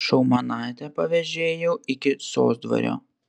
šaumanaitę pavėžėjau iki sosdvario